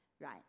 Right